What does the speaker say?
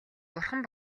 бурхан